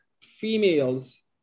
females